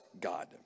God